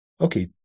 Okay